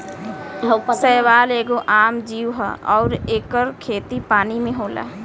शैवाल एगो आम जीव ह अउर एकर खेती पानी में होला